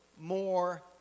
more